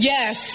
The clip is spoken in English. Yes